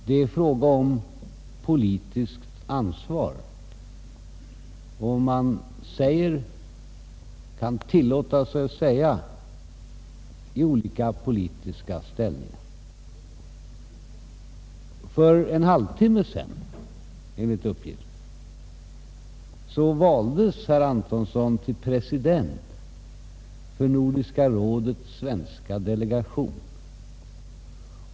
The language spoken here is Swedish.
Det är fråga om politiskt ansvar och vad man kan tillåta sig att säga i olika politiska ställningar. För en halvtimme sedan valdes enligt uppgift herr Antonsson till president för Nordiska rådets svenska delegation.